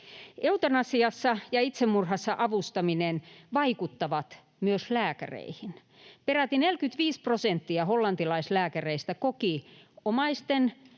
Eutanasiassa ja itsemurhassa avustaminen vaikuttavat myös lääkäreihin. Peräti 45 prosenttia hollantilaislääkäreistä koki omaisten